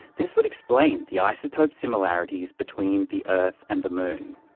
this would explain the isotope similarities between the earth and the moon.